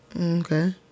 Okay